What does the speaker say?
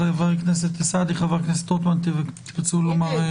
חבר הכנסת סעדי וחבר הכנסת רוטמן, תרצו לדבר?